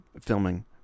filming